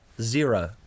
Zero